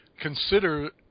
consider